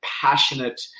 passionate